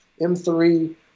M3